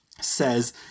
says